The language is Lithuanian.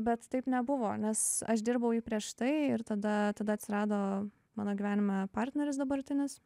bet taip nebuvo nes aš dirbau jį prieš tai ir tada tada atsirado mano gyvenime partneris dabartinis